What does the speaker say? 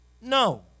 No